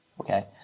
okay